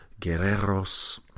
Guerreros